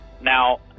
Now